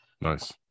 Nice